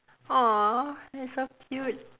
!aww! that is so cute